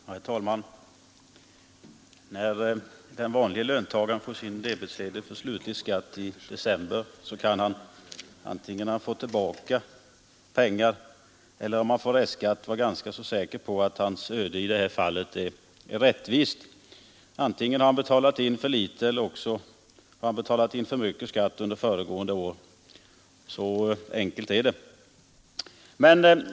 Herr talman! När den vanlige löntagaren får sin debetsedel för slutlig skatt i december så kan han, våre sig han får pengar tillbaka eller han får restskatt, vara ganska säker på att hans öde i det här fallet är rättvist. Antingen har han betalat in för litet eller också för mycket skatt under föregående år. Så enkelt är det.